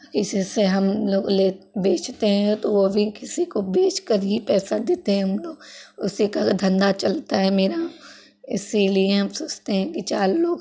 किसी से हम लोग ले बेचते हैं तो वो भी किसी को बेचकर ही पैसा देते हैं हम लोग उसी का धन्धा चलता है मेरा इसीलिए हम सोचते हैं कि चार लोग